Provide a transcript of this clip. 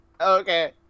Okay